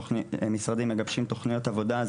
משרדים מגבשים תוכניות עבודה,